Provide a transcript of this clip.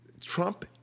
Trump